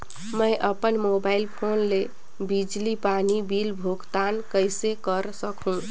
मैं अपन mobile phone ले बिजली पानी बिल भुगतान कइसे कर सकहुं?